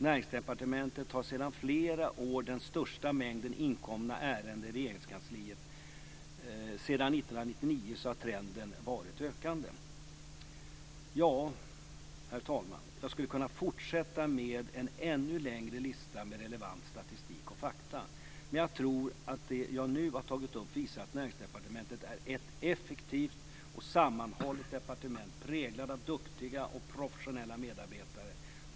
Näringsdepartementet har sedan flera år den största mängden inkomna ärenden inom Regeringskansliet. Sedan år 1999 har trenden varit ökande. Herr talman! Jag skulle kunna fortsätta med en ännu längre lista med relevant statistik och med fakta, men jag tror att vad jag nu har tagit upp visar att Näringsdepartementet är ett effektivt och sammanhållet departement, präglat av duktiga och professionella medarbetare.